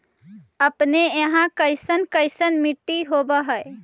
अपने यहाँ कैसन कैसन मिट्टी होब है?